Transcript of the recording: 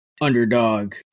underdog